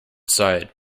side